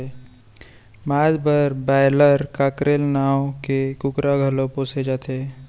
मांस बर broiler, cockerel नांव के कुकरा घलौ पोसे जाथे